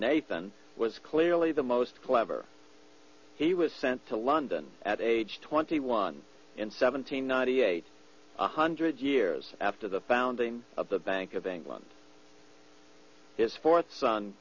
nathan was clearly the most clever he was sent to london at age twenty one and seventeen ninety eight one hundred years after the founding of the bank of england his fourth son